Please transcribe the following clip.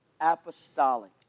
apostolic